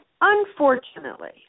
unfortunately